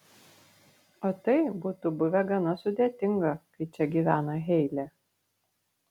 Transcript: o tai būtų buvę gana sudėtinga kai čia gyvena heilė